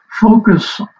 focus